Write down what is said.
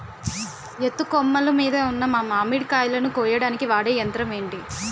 ఎత్తు కొమ్మలు మీద ఉన్న మామిడికాయలును కోయడానికి వాడే యంత్రం ఎంటి?